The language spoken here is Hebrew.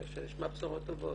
ושנשמע בשורות טובות.